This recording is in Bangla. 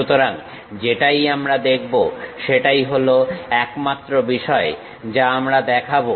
সুতরাং যেটাই আমরা দেখব সেটাই হলো একমাত্র বিষয় যা আমরা দেখাবো